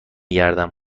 گردم